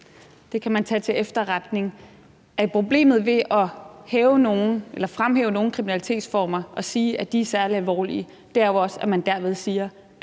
det kan man bare tage til efterretning: Problemet ved at fremhæve nogle kriminalitetsformer og sige, at de er særlig alvorlige, er jo, at man derved også